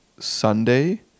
Sunday